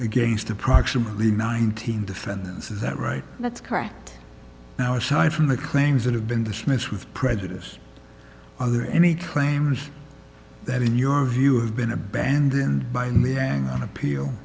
against approximately nineteen defendants is that right that's correct now aside from the claims that have been dismissed with prejudice or any claims that in your view have been abandoned by man on appeal